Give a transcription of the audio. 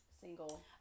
single